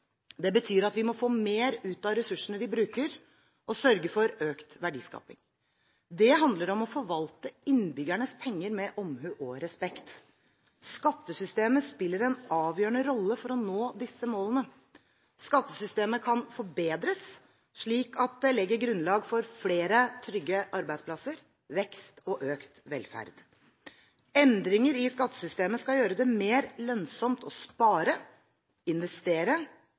Det betyr at vi må få mer ut av ressursene vi bruker, og sørge for økt verdiskaping. Det handler om å forvalte innbyggernes penger med omhu og respekt. Skattesystemet spiller en avgjørende rolle for å nå disse målene. Skattesystemet kan forbedres slik at det legger grunnlag for flere trygge arbeidsplasser, vekst og økt velferd. Endringer i skattesystemet skal gjøre det mer lønnsomt å spare, investere